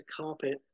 carpet